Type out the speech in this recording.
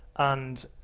and